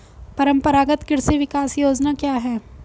परंपरागत कृषि विकास योजना क्या है?